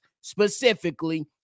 specifically